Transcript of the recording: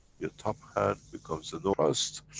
your top hand becomes the north?